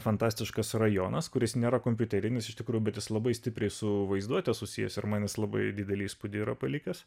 fantastiškas rajonas kuris nėra kompiuterinis iš tikrų bet labai stipriai su vaizduote susijęs ir manęs labai didelį įspūdį yra palikęs